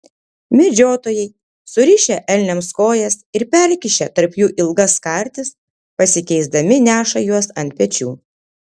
medžiotojai surišę elniams kojas ir perkišę tarp jų ilgas kartis pasikeisdami neša juos ant pečių